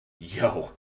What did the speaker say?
yo